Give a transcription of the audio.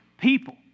people